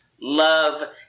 love